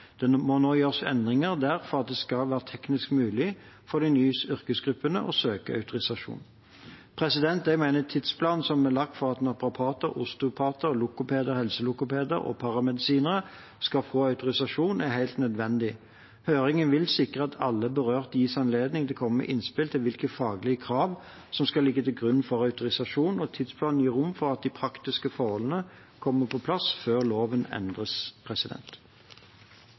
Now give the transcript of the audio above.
må nå gjøres endringer der for at det skal være teknisk mulig for de nye yrkesgruppene å søke autorisasjon. Jeg mener tidsplanen som er lagt for at naprapater, osteopater, logopeder, helselogopeder og paramedisinere skal få autorisasjon, er helt nødvendig. Høringen vil sikre at alle berørte gis anledning til å komme med innspill til hvilke faglige krav som skal ligge til grunn for autorisasjon, og tidsplanen gir rom for at de praktiske forholdene kommer på plass før loven endres.